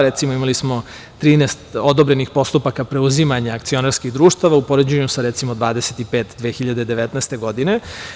Recimo, imali smo 13 odobrenih postupaka preuzimanja akcionarskih društava, u poređenju sa 25, recimo, 2019. godine.